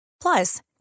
Plus